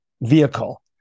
vehicle